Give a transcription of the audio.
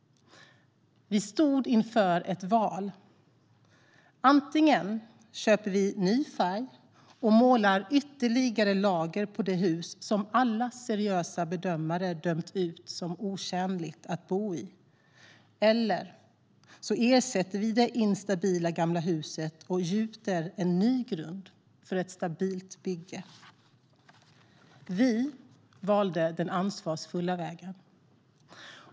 Vi stod inför ett val: Antingen köper vi ny färg och målar ytterligare lager på det hus som alla seriösa bedömare dömt ut som otjänligt att bo i, eller så ersätter vi det instabila gamla huset och gjuter en ny grund för ett stabilt bygge. Vi valde den ansvarsfulla vägen.